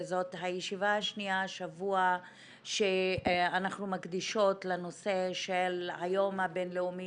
וזאת הישיבה השנייה השבוע שאנחנו מקדישות לנושא של היום הבינלאומי